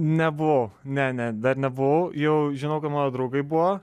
nebuvo ne ne dar nebuvau jau žinau kad mano draugai buvo